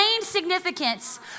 significance